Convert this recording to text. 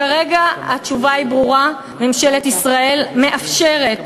כרגע התשובה היא ברורה: ממשלת ישראל מאפשרת